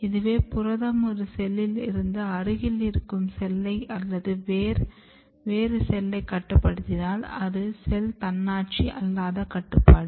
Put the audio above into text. இதுவே புரதம் ஒரு செல்லில் இருந்து அருகில் இருக்கும் செல்லை அல்லது வேறு செல்லை கட்டுப்படுத்தினால் அது செல் தன்னாட்சி அல்லாத கட்டுப்பாடு